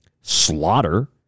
slaughter